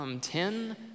ten